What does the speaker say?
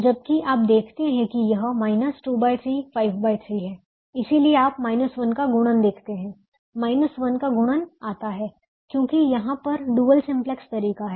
जबकि अब देखते हैं कि यह माइनस 23 53 है इसलिए आप 1 का गुणन देखते हैं 1 का गुणन आता है क्योंकि यहाँ पर डुअल सिम्पलेक्स तरीका है